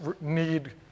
need